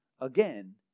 again